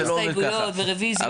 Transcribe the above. יש הסתייגויות ורביזיות.